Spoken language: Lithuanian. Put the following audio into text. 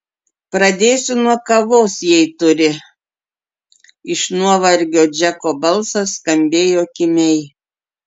pradėsiu nuo kavos jei turi iš nuovargio džeko balsas skambėjo kimiai